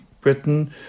Britain